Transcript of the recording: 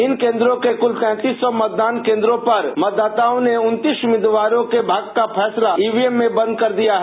इन केन्द्रों के क्ल तैंतीस सौ मतदान केन्द्रों पर मतदाताओं ने उनतीस उम्मीदवारों के भाग्य का फैसले ईवीएम में बंद कर दिया है